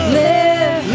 live